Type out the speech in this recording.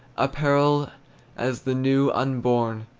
apparelled as the new unborn,